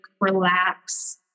relax